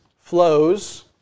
flows